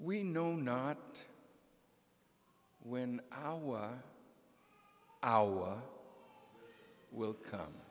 we know not when our hour will come